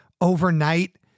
Overnight